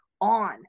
on